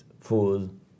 food